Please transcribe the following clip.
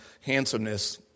handsomeness